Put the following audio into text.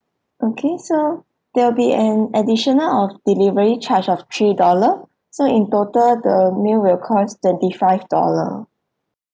okay so there will be an additional of delivery charge of three dollar so in total the meal will cost twenty five dollar